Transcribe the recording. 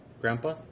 Grandpa